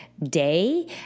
day